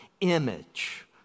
image